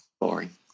Boring